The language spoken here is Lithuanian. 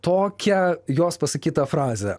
tokią jos pasakytą frazę